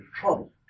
trouble